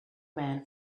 man